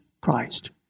Christ